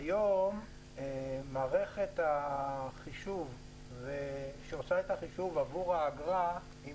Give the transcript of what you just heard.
היום מערכת החישוב שעושה את החישוב עבור האגרה היא